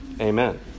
Amen